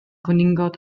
cwningod